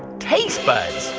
taste buds.